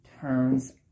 turns